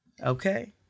Okay